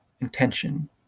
intention